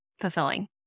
fulfilling